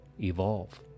evolve